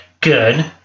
good